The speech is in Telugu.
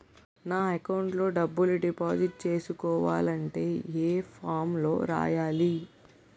నా అకౌంట్ లో డబ్బులు డిపాజిట్ చేసుకోవాలంటే ఏ ఫామ్ లో రాయాలి?